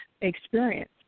experience